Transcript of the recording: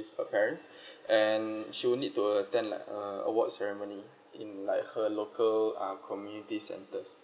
is her parents and she would need to attend like uh awards ceremony in like her local um communities centers